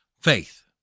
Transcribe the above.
Faith